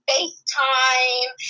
FaceTime